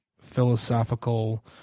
philosophical